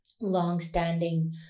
long-standing